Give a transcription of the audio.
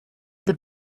the